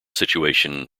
situation